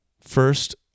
first